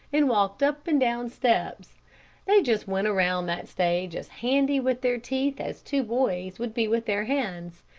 and walked up and down steps they just went around that stage as handy with their teeth as two boys would be with their hands,